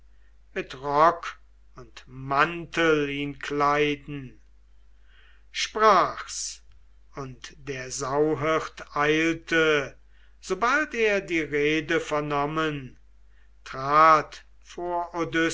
mit rock und mantel ihn kleiden sprach's und der sauhirt eilte sobald er die rede vernommen trat vor